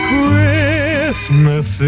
Christmas